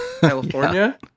California